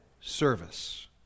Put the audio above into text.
service